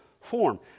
form